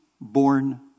born